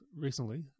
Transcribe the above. recently